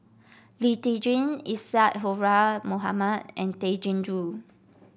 Lee Tjin Isadhora Mohamed and Tay Chin Joo